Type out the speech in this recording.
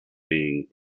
being